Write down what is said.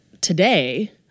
today